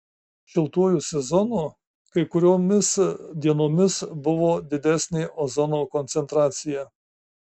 šiltuoju sezonu kai kuriomis dienomis buvo didesnė ozono koncentracija